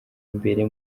imbere